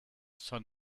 sun